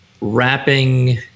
wrapping